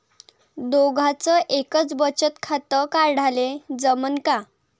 दोघाच एकच बचत खातं काढाले जमनं का?